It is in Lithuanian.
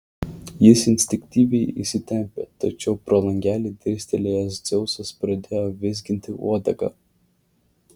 jis instinktyviai įsitempė tačiau pro langelį dirstelėjęs dzeusas pradėjo vizginti uodegą